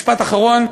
משפט אחרון.